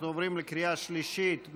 אנחנו עוברים לקריאה שלישית.